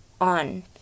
on